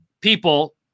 people